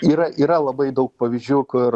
yra yra labai daug pavyzdžių kur